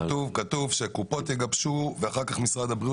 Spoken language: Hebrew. כתוב שהקופות יגבשו ואחר כך משרד הבריאות יגבש.